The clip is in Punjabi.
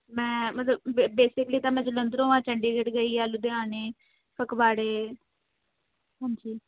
ਮੈਂ ਮਤਲਬ ਬੇ ਬੇਸਿਕਲੀ ਤਾਂ ਮੈਂ ਜਲੰਧਰ ਤੋਂ ਹਾਂ ਚੰਡੀਗੜ੍ਹ ਗਈ ਹਾਂ ਲੁਧਿਆਣੇ ਫਗਵਾੜੇ ਹਾਂਜੀ